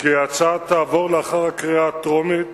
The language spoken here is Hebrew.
כי ההצעה תעבור לאחר הקריאה הטרומית